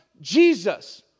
Jesus